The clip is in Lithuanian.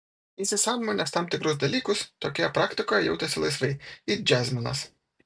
įsisąmoninęs tam tikrus dalykus tokioje praktikoje jautiesi laisvai it džiazmenas